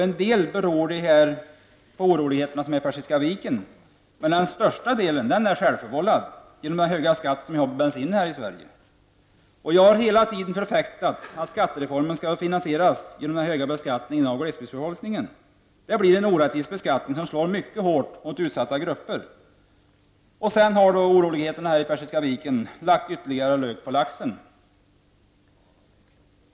En del beror på oroligheterna vid Persiska viken, men den största delen är självförvållad, genom den höga skatt som vi har på bensin här i Sverige. Jag har hela tiden bestridit att skattereformen skall finansieras genom den höga beskattningen av glesbygdsbefolkningen. Det blir en orättvis beskattning som slår mycket hårt mot utsatta grupper. Sedan har oroligheterna vid Persiska viken lagt ytterligare lök på laxen.